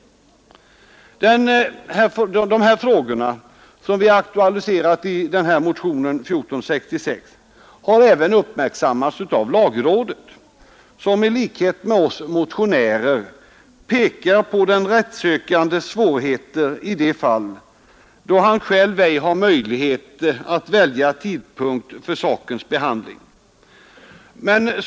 De frågor som vi aktualiserat i motionen har även uppmärksammats av lagrådet, som i likhet med oss motionärer pekar på den rättssökandes svårigheter i de fall då han själv ej har möjlighet att välja tidpunkt för sakens behandling.